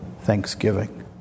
thanksgiving